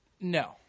No